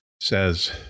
says